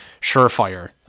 Surefire